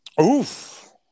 Oof